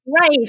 Right